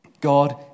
God